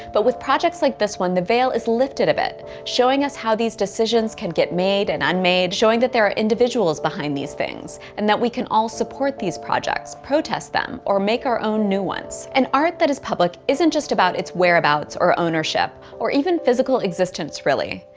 but with projects like this, one the veil is lifted a bit, showing us how these decisions can get made and unmade, showing that there are individuals behind these things, and that we can all support these projects, protest them, or make our own new ones. and art that is public isn't just about its whereabouts or ownership, or even physical existence really.